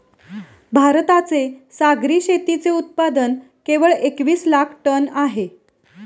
भारताचे सागरी शेतीचे उत्पादन केवळ एकवीस लाख टन आहे